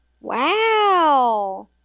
Wow